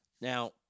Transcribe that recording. Now